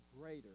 greater